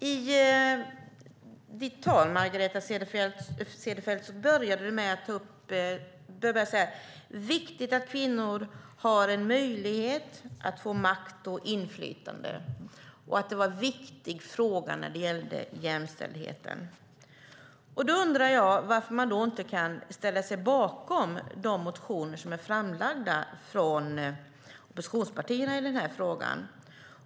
Herr talman! Margareta Cederfelt började sitt anförande med att säga att det är viktigt att kvinnor har en möjlighet att få makt och inflytande och att det är en viktig fråga när det gäller jämställdheten. Då undrar jag varför man inte kan ställa sig bakom de motioner som är framlagda från oppositionspartierna i den här frågan.